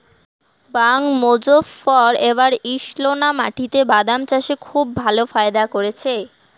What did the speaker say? বাঃ মোজফ্ফর এবার ঈষৎলোনা মাটিতে বাদাম চাষে খুব ভালো ফায়দা করেছে